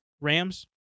Rams